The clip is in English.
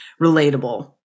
relatable